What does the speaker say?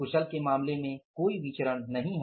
कुशल के मामले में कोई विचरण नहीं है